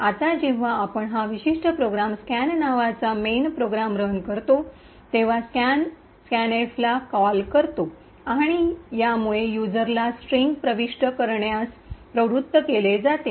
आता जेव्हा आपण हा विशिष्ट प्रोग्राम स्कॅन नावाचा मेन प्रोग्राम रन करतो तेव्हा स्कॅन स्कॅनएफ ला कॉल करतो आणि यामुळे युजरला स्ट्रिंग प्रविष्ट करण्यास प्रवृत्त केले जाते